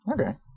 Okay